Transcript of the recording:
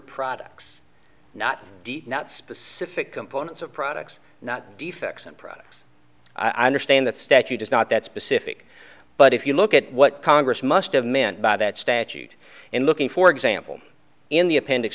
products not not specific components of products not defects and products i understand that statute is not that specific but if you look at what congress must have meant by that statute in looking for example in the appendix